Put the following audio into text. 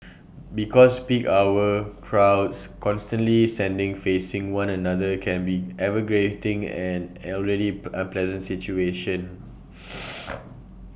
because peak hour crowds constantly standing facing one another can be an already unpleasant situation